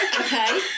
Okay